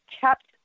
kept